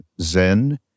Zen